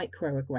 microaggressions